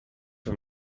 for